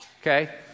Okay